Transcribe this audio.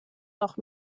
noch